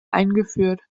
eingeführt